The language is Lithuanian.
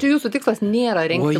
čia jūsų tikslas nėra rengti